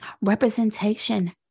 Representation